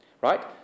Right